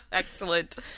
Excellent